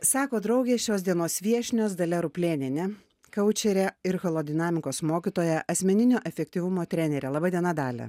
sako draugė šios dienos viešnios dalia ruplėnienė kaučerė ir holodinamikos mokytoja asmeninio efektyvumo trenerė laba diena dalia